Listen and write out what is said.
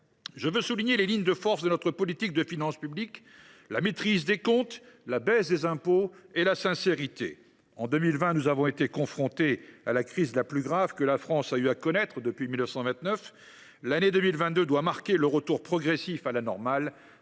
Je veux souligner les lignes de force de notre politique de finances publiques : la maîtrise des comptes, la baisse des impôts et la sincérité. […] En 2020, nous avons été confrontés à la crise la plus grave que la France ait eu à connaître depuis 1929. […] L’année 2022 doit marquer le retour progressif à la normale.